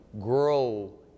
grow